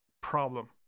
problem